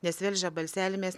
nes velžio balselį mes